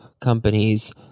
companies